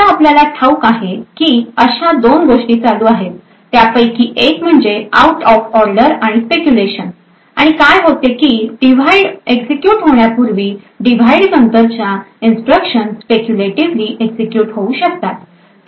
आता आपल्याला ठाऊक आहे की अशा दोन गोष्टी चालू आहेत त्यापैकी एक म्हणजे आउट ऑफ ऑर्डर आणि स्पेक्युलेशन आणि काय होते की डिव्हाइड एक्झिक्युट होण्यापूर्वी डिव्हाइड नंतरच्या इन्स्ट्रक्शन स्पेक्युलेटीवली एक्झिक्युट होऊ शकतात